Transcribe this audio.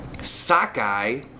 Sockeye